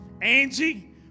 Angie